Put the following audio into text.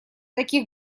таких